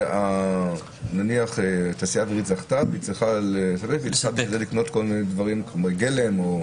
שנניח התעשייה האווירית זכתה וצריכה לקנות חומרי גלם.